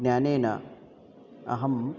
ज्ञानेन अहं